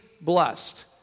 blessed